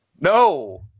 No